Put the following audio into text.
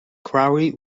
quarry